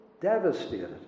devastated